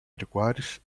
requires